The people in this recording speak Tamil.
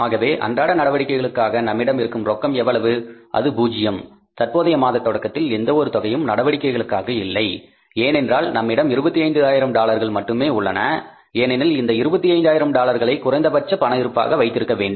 ஆகவே அன்றாட நடவடிக்கைகளுக்காக நம்மிடம் இருக்கும் ரொக்கம் எவ்வளவு அது பூஜ்ஜியம் தற்போதைய மாத தொடக்கத்தில் எந்த ஒரு தொகையும் நடவடிக்கைகளுக்காக இல்லை ஏனென்றால் நம்மிடம் 25000 டாலர்கள் மட்டுமே உள்ளன ஏனெனில் இந்த 25000 டாலர்களை குறைந்தபட்ச பண இருப்புக்காக வைத்திருக்க வேண்டும்